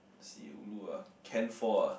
see ulu ah can four ah